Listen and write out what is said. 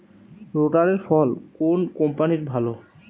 রোটারের ফল কোন কম্পানির ভালো?